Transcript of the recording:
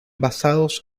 basados